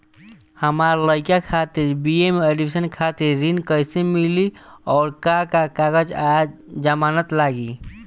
हमार लइका खातिर बी.ए एडमिशन खातिर ऋण कइसे मिली और का का कागज आ जमानत लागी?